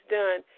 done